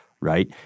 right